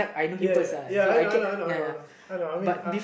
ya ya ya I know I know I know I know I mean